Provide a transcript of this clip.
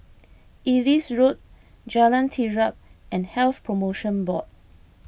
Ellis Road Jalan Terap and Health Promotion Board